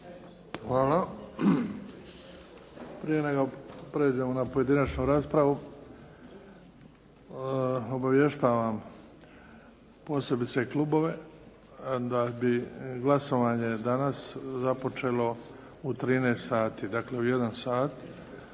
Hvala. Prije nego prijeđemo na pojedinačnu raspravu obavještavam posebice klubove, da bi glasovanje danas započelo u 13,00 sati, dakle u jedan